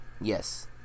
yes